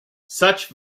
such